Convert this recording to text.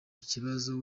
ikibazo